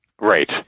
Right